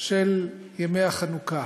של ימי החנוכה?